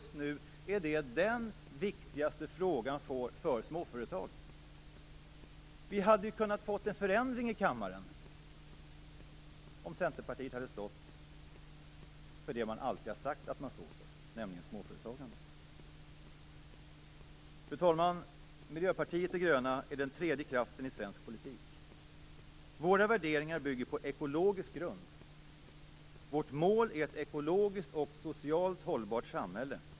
Just nu är detta den viktigaste frågan för småföretag. Vi hade kunnat få en förändring i kammaren om Centerpartiet hade stått för det som man alltid har sagt att man står för, nämligen småföretagande. Fru talman! Miljöpartiet de gröna är den tredje kraften i svensk politik. Våra värderingar bygger på en ekologisk grund. Vårt mål är ett ekologiskt och socialt hållbart samhälle.